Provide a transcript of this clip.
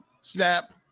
Snap